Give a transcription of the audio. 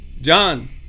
John